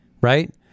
right